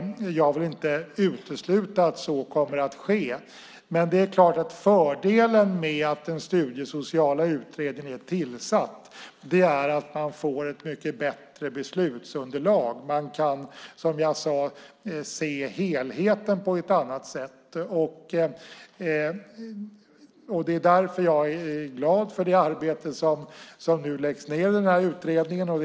Jag vill inte utesluta att så kommer att ske. Men fördelen med att den studiesociala utredningen är tillsatt är att man får ett mycket bättre beslutsunderlag. Man kan, som jag sade, se helheten på ett annat sätt. Det är därför som jag är glad för det arbete som läggs ned i utredningen.